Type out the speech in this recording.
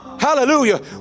Hallelujah